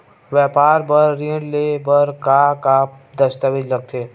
व्यापार बर ऋण ले बर का का दस्तावेज लगथे?